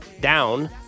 down